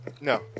No